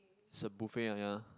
it's a buffet but ya